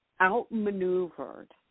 outmaneuvered